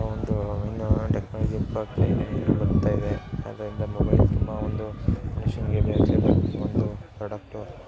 ಇನ್ನು ಒಂದು ಇನ್ನು ಟೆಕ್ನಲಾಜಿ ಇಂಪ್ರು ಆಗ್ತಾ ಇದೆ ಹಾಗಾಗಿ ಮೊಬೈಲ್ ತುಂಬ ಒಂದು ಮನುಷ್ಯನ್ಗೆ ಒಂದು ಪ್ರಾಡಕ್ಟು